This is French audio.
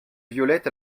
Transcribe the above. violettes